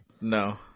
No